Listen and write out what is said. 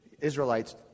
Israelites